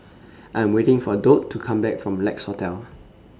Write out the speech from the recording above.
I 'm waiting For Dot to Come Back from Lex Hotel